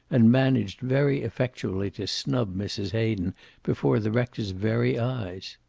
and managed very effectually to snub mrs. hayden before the rector's very eyes.